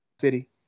city